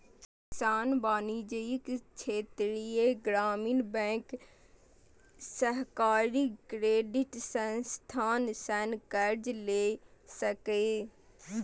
किसान वाणिज्यिक, क्षेत्रीय ग्रामीण बैंक, सहकारी क्रेडिट संस्थान सं कर्ज लए सकैए